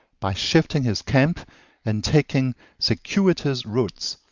by shifting his camp and taking circuitous routes,